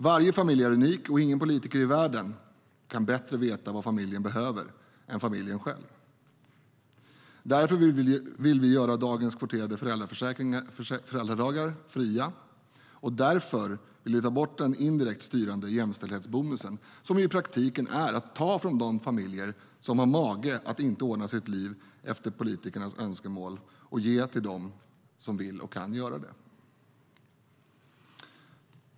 Varje familj är unik, och ingen politiker i världen kan bättre veta vad familjen behöver än familjen själv. Därför vill vi göra dagens kvoterade föräldradagar fria, och därför vill vi ta bort den indirekt styrande jämställdhetsbonusen, som i praktiken är att ta från de familjer som har mage att inte ordna sina liv efter politikernas önskemål och ge till dem som vill och kan göra det.